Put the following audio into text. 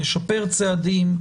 לשפר צעדים,